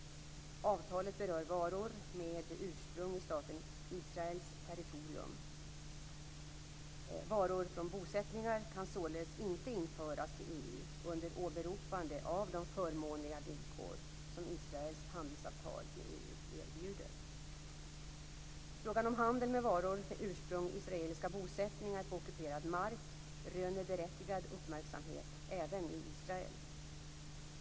Avtalet berör varor med ursprung i staten Israels territorium. Varor från bosättningar kan således inte införas till EU under åberopande av de förmånliga villkor som Israels handelsavtal med EU erbjuder. Frågan om handel med varor med ursprung i israeliska bosättningar på ockuperad mark röner berättigad uppmärksamhet även i Israel.